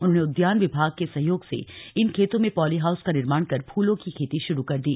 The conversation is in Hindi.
उन्होंने उद्यान विभाग के सहयोग से इन खेतों में पॉलीहाउस का निर्माण कर फूलों की खेती शुरू कर दी